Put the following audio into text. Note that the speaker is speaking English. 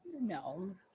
No